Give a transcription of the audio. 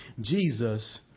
Jesus